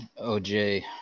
OJ